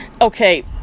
okay